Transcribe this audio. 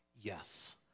yes